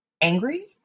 angry